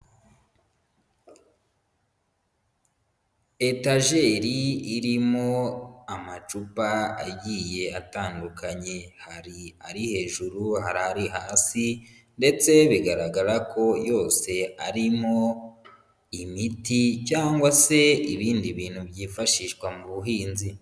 Etajeri irimo amacupa agiye atandukanye, hari ari hejuru, hari ari hasi, ndetse bigaragara ko yose arimo imiti cyangwa se ibindi bintu byifashishwa mu buhinzi.